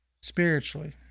spiritually